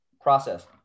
Process